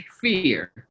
fear